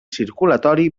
circulatori